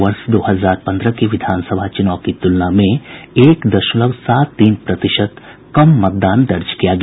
वर्ष दो हजार पन्द्रह के विधानसभा चुनाव की तुलना में एक दशमलव सात तीन प्रतिशत कम मतदान दर्ज किया गया